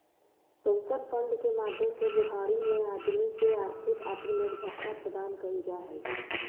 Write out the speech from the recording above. pension fund के माध्यम से बुढ़ारी में आदमी के आर्थिक आत्मनिर्भरता प्रदान कैल जा हई